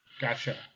Gotcha